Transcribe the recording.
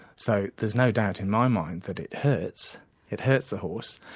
so there is no doubt in my mind that it hurts it hurts the horse.